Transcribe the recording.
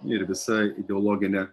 ir visa ideologinė